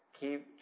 keep